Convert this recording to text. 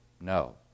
No